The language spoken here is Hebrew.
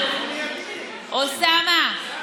אוסאמה,